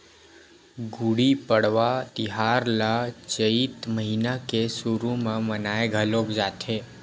गुड़ी पड़वा तिहार ल चइत महिना के सुरू म मनाए घलोक जाथे